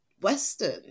Western